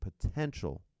potential